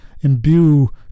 imbue